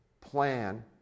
plan